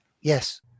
yes